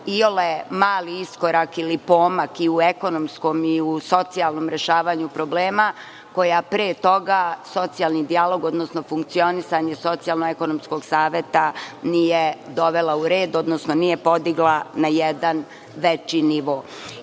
iole mali iskorak ili pomak i u ekonomskom i u socijalnom rešavanju problema, koja pre toga socijalni dijalog, odnosno funkcionisanje Socijalno-ekonomskog saveta nije dovela u red, odnosno nije podigla na jedan veći